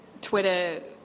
Twitter